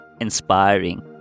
inspiring